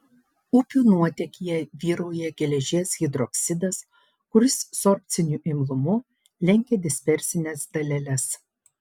upių nuotėkyje vyrauja geležies hidroksidas kuris sorbciniu imlumu lenkia dispersines daleles